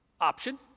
option